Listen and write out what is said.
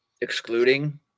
excluding